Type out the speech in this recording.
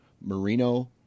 merino